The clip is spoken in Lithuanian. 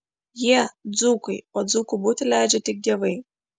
jie dzūkai o dzūku būti leidžia tik dievai